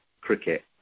cricket